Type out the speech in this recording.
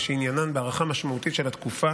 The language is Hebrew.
ושעניינן בהארכה משמעותית של התקופה